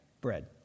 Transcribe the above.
bread